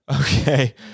Okay